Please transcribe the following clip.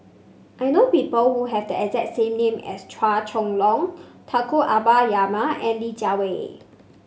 I know people who have the exact same name as Chua Chong Long Tunku Abdul Rahman and Li Jiawei